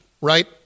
right